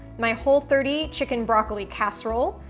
my whole thirty chicken broccoli casserole,